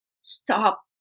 Stop